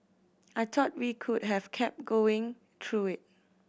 I thought we could have kept going through it